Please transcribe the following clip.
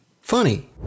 funny